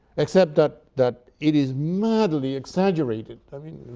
except that that it is madly exaggerated. i mean